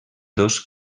dos